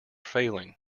failing